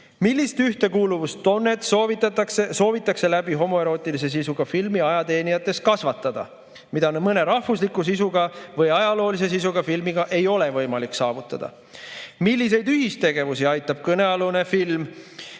Millist ühtekuuluvustunnet soovitakse homoerootilise sisuga filmi abil ajateenijates kasvatada, mida mõne rahvusliku sisuga või ajaloolise sisuga filmiga ei ole võimalik saavutada? Milliseid ühistegevusi aitab kõnealune film